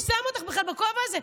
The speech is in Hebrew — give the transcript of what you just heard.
מי שם אותך בכלל בכובע הזה?